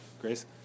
Grace